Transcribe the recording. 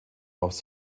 haus